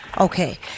Okay